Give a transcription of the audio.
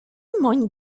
emaint